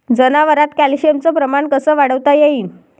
जनावरात कॅल्शियमचं प्रमान कस वाढवता येईन?